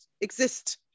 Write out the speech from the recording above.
exist